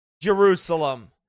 Jerusalem